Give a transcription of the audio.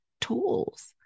tools